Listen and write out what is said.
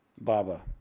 Baba